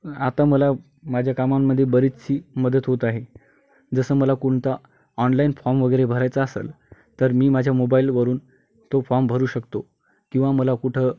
आता मला माझ्या कामांमध्ये बरीचशी मदत होत आहे जसं मला कोणता ऑनलाईन फॉर्म वगैरे भरायचा असेल तर मी माझ्या मोबाईलवरून तो फॉम भरू शकतो किंवा मला कुठं